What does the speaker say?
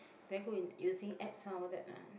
very good in using Apps all that ah